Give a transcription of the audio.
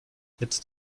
jetzt